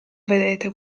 vedete